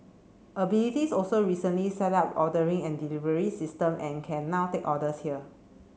abilities also recently set up ordering and delivery system and can now take orders here